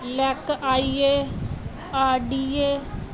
ਲੈੱਕ I A R D A